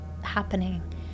happening